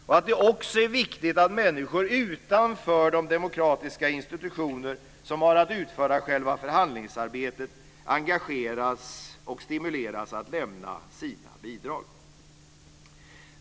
Det är också viktigt att människor utanför de demokratiska institutioner som har att utföra själva förhandlingsarbetet engageras och stimuleras att lämna sina bidrag.